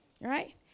right